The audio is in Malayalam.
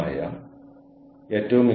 വളരെ നന്ദി